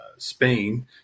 Spain